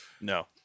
No